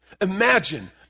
Imagine